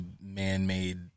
man-made